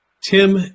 Tim